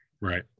Right